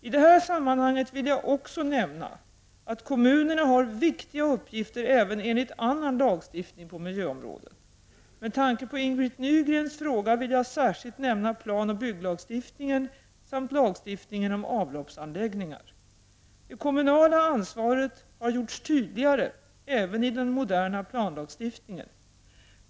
I det här sammanhanget vill jag också nämna att kommunerna har viktiga uppgifter även enligt annan lagstiftning på miljöområdet. Med tanke på Ing-Britt Nygrens fråga vill jag särskilt nämna planoch bygglagstiftningen samt lagstiftningen om avloppsanläggningar. Det kommunala ansvaret har gjorts tydligare även i den moderna planlagstiftningen.